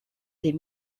des